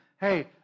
Hey